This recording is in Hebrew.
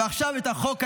ועכשיו את החוק הירדני.